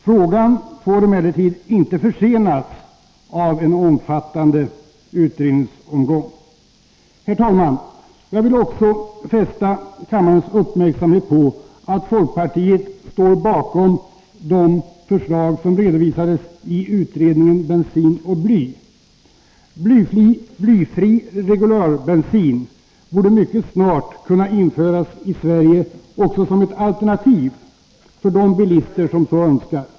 Frågan får emellertid inte försenas av en omfattande utredningsomgång. Herr talman! Jag vill fästa kammarens uppmärksamhet på att folkpartiet står bakom de förslag som redovisats i utredningsbetänkandet Bensin och bly. Blyfri regularbensin borde mycket snart kunna införas i Sverige som ett alternativ för de bilister som så önskar.